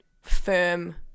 firm